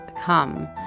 come